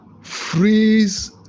freeze